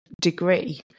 degree